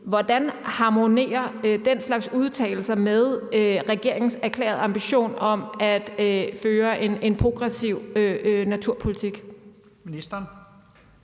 Hvordan harmonerer den slags udtalelser med regeringens erklærede ambition om at føre en progressiv naturpolitik?